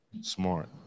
Smart